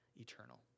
eternal